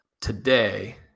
today